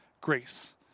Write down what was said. grace